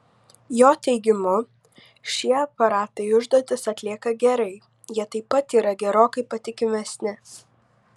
jo teigimu šie aparatai užduotis atlieka gerai jie taip pat yra gerokai patikimesni